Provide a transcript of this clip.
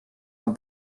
oma